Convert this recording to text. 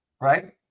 right